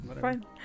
fine